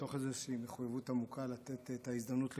מתוך איזו מחויבות עמוקה לתת את ההזדמנות לכולם.